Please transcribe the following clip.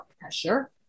pressure